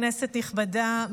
כנסת נכבדה,